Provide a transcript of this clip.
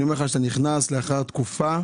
אתה נכנס אחרי תקופה